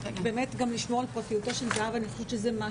ובאמת גם לשמור על פרטיותה של זהבה זה משהו